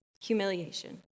Humiliation